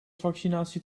vaccinatie